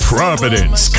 Providence